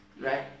right